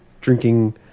drinking